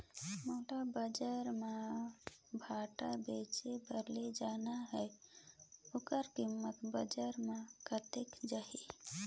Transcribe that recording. मोला बजार मां भांटा बेचे बार ले जाना हे ओकर कीमत बजार मां कतेक जाही?